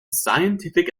scientific